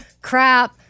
crap